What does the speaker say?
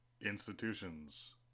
Institutions